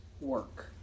work